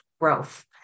growth